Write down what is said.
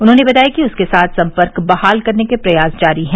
उन्होंने बताया कि उसके साथ संपर्क बहाल करने के प्रयास जारी हैं